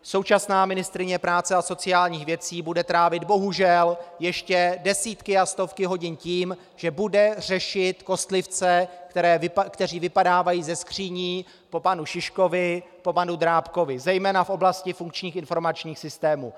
Současná ministryně práce a sociálních věcí bude trávit bohužel ještě desítky a stovky hodin tím, že bude řešit kostlivce, kteří vypadávají ze skříní po panu Šiškovi, po panu Drábkovi zejména v oblasti funkčních informačních systémů.